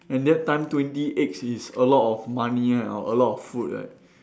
and that time twenty eggs is a lot of money ah or a lot of food right